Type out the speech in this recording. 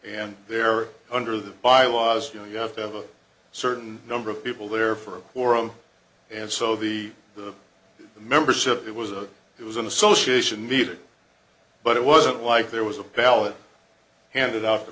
and they're under the bylaws you know you have to have a certain number of people there for a quorum and so the membership it was a it was an association meeting but it wasn't like there was a ballot handed off